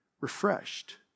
refreshed